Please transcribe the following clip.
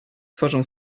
twarzą